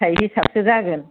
फिथाय हिसाबसो जागोन